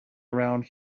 around